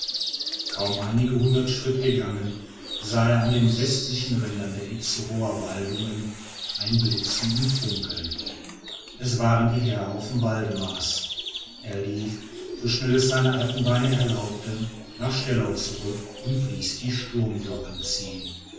kaum einige hundert schritte gegangen sah er an den westlichen rändern der itzehoer waldungen ein blitzen und funkeln es waren die heerhaufen waldemars er lief so schnell es seine alten beine erlaubten nach stellau zurück und ließ die sturmglocken ziehen